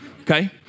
Okay